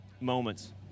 Moments